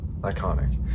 iconic